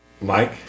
Mike